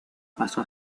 pasó